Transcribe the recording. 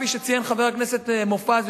כפי שציין חבר הכנסת מופז,